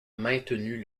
maintenu